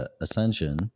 ascension